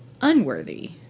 unworthy